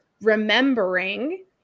remembering